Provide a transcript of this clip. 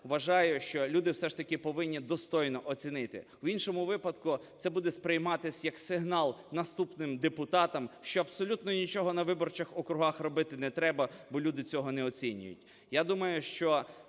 вважаю, що люди все ж таки повинні достойно оцінити. В іншому випадку це буде сприйматись як сигнал наступним депутатам, що абсолютно нічого на виборчих округах робити не треба, бо люди цього не оцінюють. Я думаю, що